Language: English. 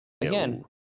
Again